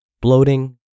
bloating